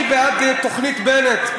אני בעד תוכנית בנט.